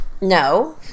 No